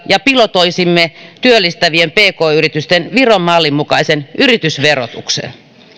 ja pilotoisimme työllistävien pk yritysten viron mallin mukaisen yritysverotuksen